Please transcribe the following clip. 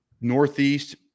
Northeast